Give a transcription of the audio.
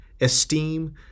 esteem